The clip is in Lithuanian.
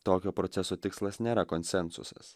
tokio proceso tikslas nėra konsensusas